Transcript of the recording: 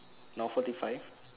now forty five